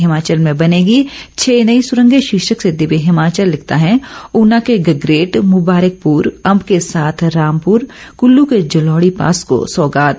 हिमाचल में बनेगी छह नई सुरंगे शीर्षक से दिव्य हिमाचल लिखता है उना के गगरेट मुबारिकपुर अंब के साथ रामपुर कुल्लू के जलोड़ी पास को सौगात